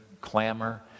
clamor